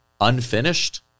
unfinished